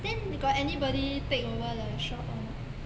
then got anybody take over the shop or not